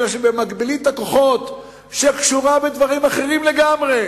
אלא שבמקבילית הכוחות שקשורה בדברים אחרים לגמרי,